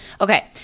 Okay